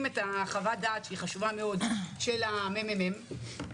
את חוות הדעת החשובה מאוד של מרכז המחקר והמידע של הכנסת.